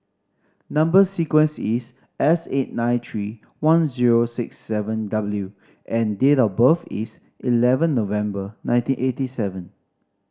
number sequence is S eight nine three one zero six seven W and date of birth is eleven November nineteen eighty seven